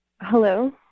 Hello